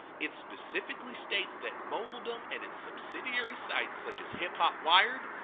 it specifically states that moguldom and its subsidiary sites such as hiphopwired,